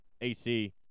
AC